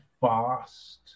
fast